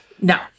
No